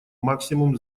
максимум